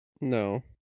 No